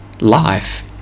life